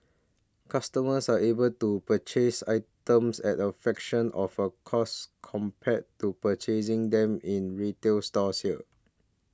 customers are able to purchase items at a fraction of a cost compared to purchasing them in retail stores here